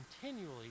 continually